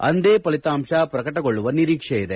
ಅಂದೇ ಫಲಿತಾಂಶ ಪ್ರಕಟಗೊಳ್ಳುವ ನಿರೀಕ್ಷೆಯಿದೆ